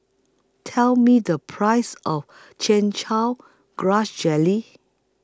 Tell Me The Price of Chin Chow Grass Jelly